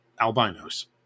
albinos